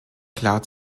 klar